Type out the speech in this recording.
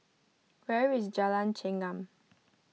where is Jalan Chengam